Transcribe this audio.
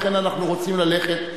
לכן אנחנו רוצים ללכת.